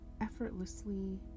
effortlessly